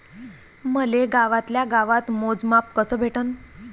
मले गावातल्या गावात मोजमाप कस भेटन?